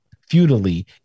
futilely